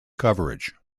coverage